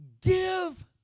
give